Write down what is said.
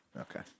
Okay